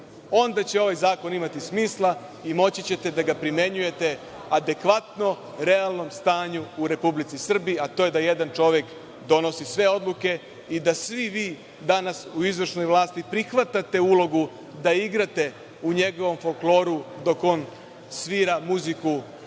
Onda će ovaj zakon imati smisla i moći ćete da ga primenjujete adekvatno realnom stanju u Republici Srbiji, a to je da jedan čovek donosi sve odluke i da svi vi danas u izvršnoj vlasti prihvatate ulogu da igrate u njegovom folkloru dok on svira muziku